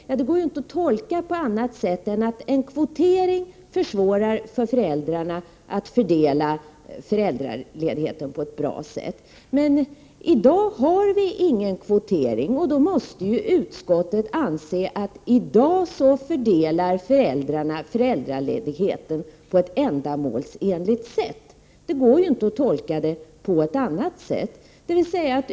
Ja, det går inte att tolka på annat sätt än att en kvotering försvårar för föräldrarna att fördela föräldraledigheten på ett bra sätt. I dag har vi inte någon kvotering, och då måste ju utskottet anse att i dag fördelar föräldrarna föräldraledigheten på ett ändamålsenligt sätt. Det går inte att tolka uttalandet på något annat sätt.